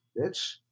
Bitch